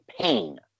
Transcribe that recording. pain